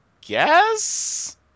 guess